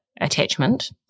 attachment